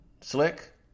Slick